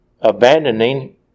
abandoning